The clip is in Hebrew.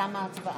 תמה ההצבעה.